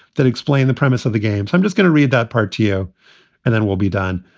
that explain the premise of the game. i'm just going to read that part to you and then we'll be done.